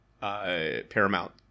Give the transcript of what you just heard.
Paramount